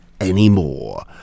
anymore